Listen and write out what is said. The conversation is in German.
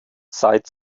seit